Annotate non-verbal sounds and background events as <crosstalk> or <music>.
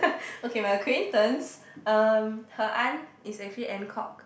<laughs> okay my acquaintance um her aunt is actually Ann-Kok